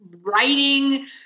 writing